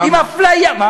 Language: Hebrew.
כמה?